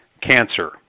cancer